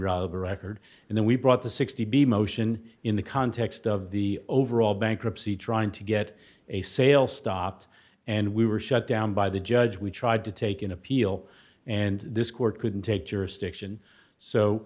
e record and then we brought the sixty b motion in the context of the overall bankruptcy trying to get a sale stopped and we were shut down by the judge we tried to take an appeal and this court couldn't take jurisdiction